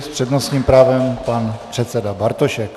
S přednostním právem pan předseda Bartošek.